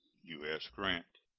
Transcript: u s. grant.